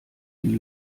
die